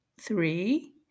three